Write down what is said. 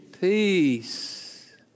peace